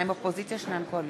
מצביע אילן גילאון,